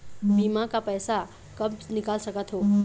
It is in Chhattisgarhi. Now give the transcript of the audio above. बीमा का पैसा कब निकाल सकत हो?